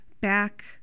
back